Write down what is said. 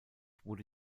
wurde